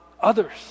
others